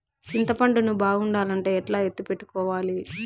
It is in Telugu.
చింతపండు ను బాగుండాలంటే ఎట్లా ఎత్తిపెట్టుకోవాలి?